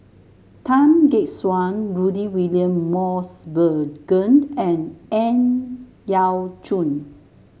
Tan Gek Suan Rudy William Mosbergen and Ang Yau Choon